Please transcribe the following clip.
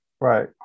Right